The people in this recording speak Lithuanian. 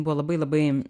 buvo labai labai